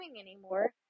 anymore